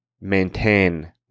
maintain